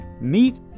meet